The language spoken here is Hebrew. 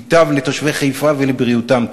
כך ייטב לתושבי חיפה ולבריאותם.